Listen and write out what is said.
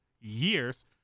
years